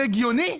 זה הגיוני?